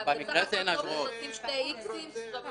נוספת שנגרמת לזוכה.